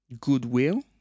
goodwill